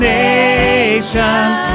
nations